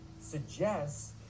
suggests